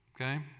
okay